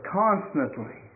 constantly